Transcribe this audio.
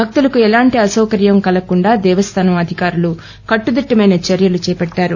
భక్తుకు ఎలాంటి అసౌకర్యు కుగకుండా దేవస్దానం అధికాయి కట్టుదిట్టమైన చర్యు చేపట్టారు